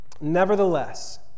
Nevertheless